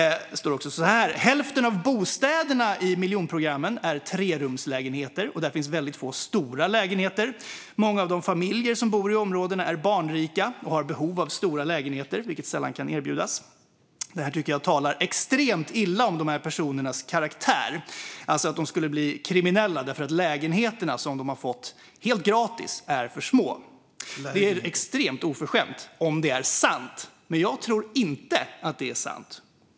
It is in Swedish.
Vidare står det: "Hälften av bostäderna i miljonprogrammen är trerumslägenheter och där finns väldigt få stora lägenheter. Många av de familjer som bor i områdena är barnrika och har behov av stora lägenheter vilket sällan kan erbjudas." Det här tycker jag talar extremt illa om dessa personers karaktär, alltså att de skulle bli kriminella därför att lägenheterna som de har fått helt gratis är för små. Det är extremt oförskämt om det är sant, men jag tror inte att det är sant.